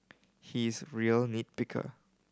he is real nit picker